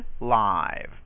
live